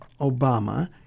Obama